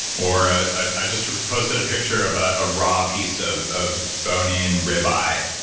or i just posted a picture of a raw piece of of bone-in rib eye,